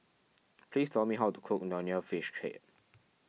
please tell me how to cook Nonya Fish